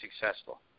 successful